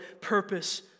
purpose